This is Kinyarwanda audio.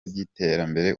by’iterambere